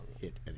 hit